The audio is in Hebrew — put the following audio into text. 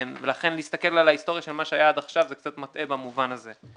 ולכן להסתכל על ההיסטוריה של מה שהיה עד עכשיו זה קצת מטעה במובן הזה.